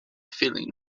feeling